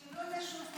תשקלו את זה שוב,